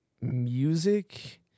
music